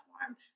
platform